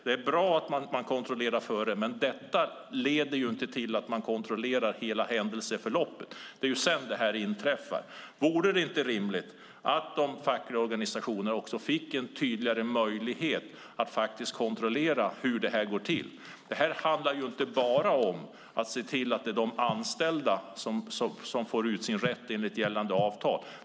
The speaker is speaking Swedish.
Det är bra att man kontrollerar före, men detta leder inte till att man kontrollerar hela händelseförloppet. Det är ju sedan som detta inträffar. Vore det inte rimligt att de fackliga organisationerna fick en tydligare möjlighet att kontrollera hur det här går till? Det handlar inte bara om att se till att de anställda får ut sin rätt enligt gällande avtal.